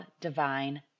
divine